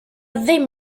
ddim